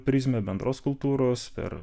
prizmę bendros kultūros per